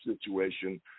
situation